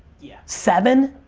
yeah. seven?